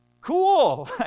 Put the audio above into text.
Cool